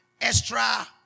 extra